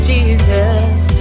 Jesus